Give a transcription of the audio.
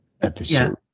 episode